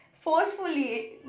forcefully